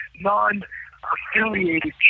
non-affiliated